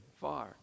far